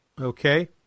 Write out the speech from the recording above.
Okay